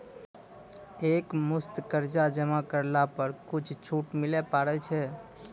एक मुस्त कर्जा जमा करला पर कुछ छुट मिले पारे छै?